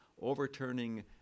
overturning